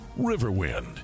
Riverwind